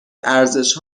ارزش